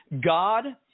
God